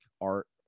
art